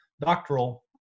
doctoral